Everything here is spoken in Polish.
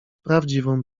prawdziwą